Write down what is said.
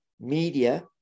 Media